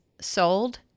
sold